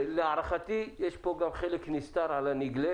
ולהערכתי גם יש פה חלק נסתר על הנגלה